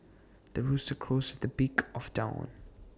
the rooster crows at the break of dawn